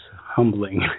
humbling